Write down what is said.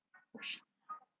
oh shit